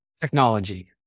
technology